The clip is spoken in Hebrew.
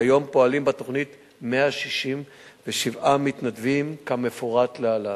כיום פועלים בתוכנית 167 מתנדבים כמפורט להלן: